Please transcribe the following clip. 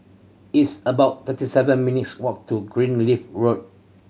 it's about thirty seven minutes' walk to Greenleaf Road